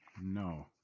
No